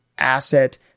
asset